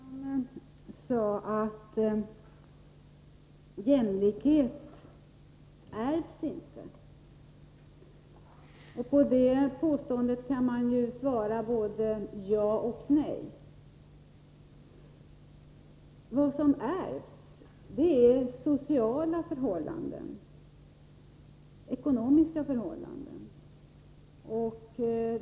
Herr talman! Bengt Göransson sade att jämlikhet inte ärvs. Det påståendet kan sägas vara både rätt och fel. Vad som ärvs är sociala och ekonomiska förhållanden.